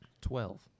twelve